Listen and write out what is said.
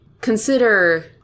consider